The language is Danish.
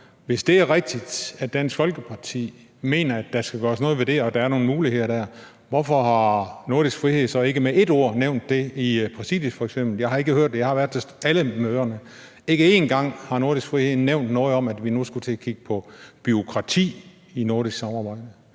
Hvis det er rigtigt, at Dansk Folkeparti mener, at der skal gøres noget ved det, og at der er nogle muligheder der, hvorfor har Nordisk Frihed så ikke med et ord nævnt det i f.eks. præsidiet? Jeg har ikke hørt det, og jeg har været til alle møderne. Ikke én gang har Nordisk Frihed nævnt noget om, at vi nu skulle til at kigge på bureaukrati i det nordiske samarbejde.